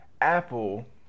Apple